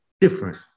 different